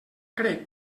crec